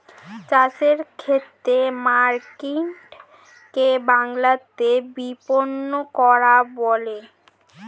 চাষের ক্ষেত্রে মার্কেটিং কে বাংলাতে বিপণন করা বলে